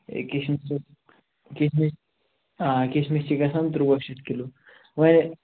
ہے کِشمِش کِشمِش آ کِشمِس چھِ گژھان تُرٛواہ شَتھ کِلوٗ واریاہ